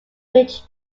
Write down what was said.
which